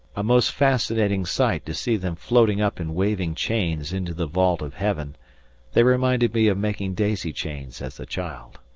a most fascinating sight to see them floating up in waving chains into the vault of heaven they reminded me of making daisy chains as a child.